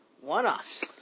One-offs